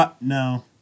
No